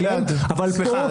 גלעד, סליחה.